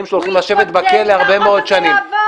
שלו הולכים לשבת בכלא הרבה מאוד שנים.